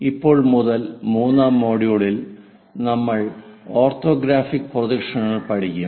ഇപ്പോൾ മുതൽ മൂന്നാം മൊഡ്യൂളിൽ നമ്മൾ ഓർത്തോഗ്രാഫിക് പ്രൊജക്ഷനുകൾ പഠിക്കും